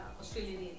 Australian